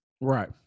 right